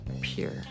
Pure